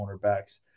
cornerbacks